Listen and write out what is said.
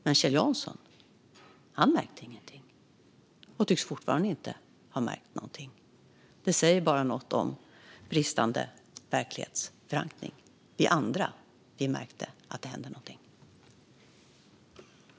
Men Kjell Jansson märkte ingenting och tycks fortfarande inte ha märkt någonting. Det säger något om bristande verklighetsförankring. Vi andra märkte att det hände någonting.